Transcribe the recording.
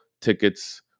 tickets